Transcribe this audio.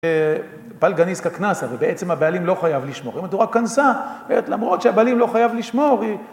פלגניסקה קנסה, ובעצם הבעלים לא חייב לשמור. זאת אומרת, הוא רק קנסה, למרות שהבעלים לא חייב לשמור.